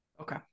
Okay